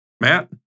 Matt